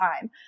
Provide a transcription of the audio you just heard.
time